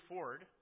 Ford